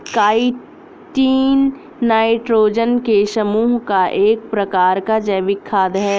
chitin nitrogen के समूह का एक प्रकार का जैविक खाद है